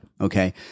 Okay